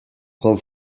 con